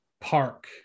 Park